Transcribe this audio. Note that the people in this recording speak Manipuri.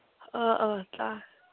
ꯑꯥ ꯑꯥ ꯇꯥꯏ